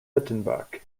wittenberg